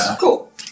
Cool